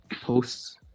posts